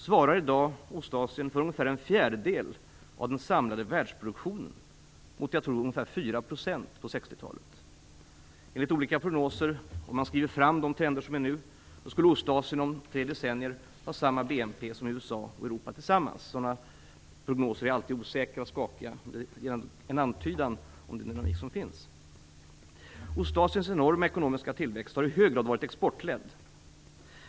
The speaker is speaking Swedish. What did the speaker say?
Ostasien svarar i dag för ungefär en fjärdedel av den samlade världsproduktionen, att jämföras med de ungefär 4 % som jag tror man hade på 60-talet. Enligt olika prognoser skulle en framskrivning av de trender som råder nu innebära att Ostasien om tre decennier skulle ha samma BNP som USA och Europa tillsammans. Sådana prognoser är ju alltid osäkra och skakiga, men de ger en antydan om den ekonomi som finns. Ostasiens enorma ekonomiska tillväxt har i hög grad varit exportledd.